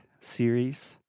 series